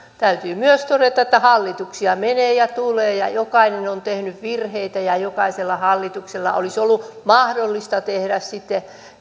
täytyy myös todeta että että hallituksia menee ja tulee ja jokainen on tehnyt virheitä ja jokaisella hallituksella olisi ollut mahdollisuus tehdä sitten